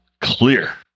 clear